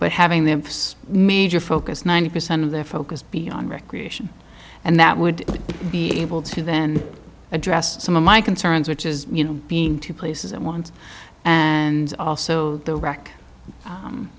but having them for us major focus ninety percent of their focus be on recreation and that would be able to then address some of my concerns which is you know being two places at once and also the